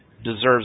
deserves